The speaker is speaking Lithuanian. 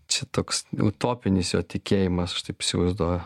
čia toks utopinis jo tikėjimas aš taip įsivaizduoju